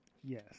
yes